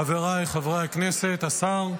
חבריי חברי הכנסת, השר,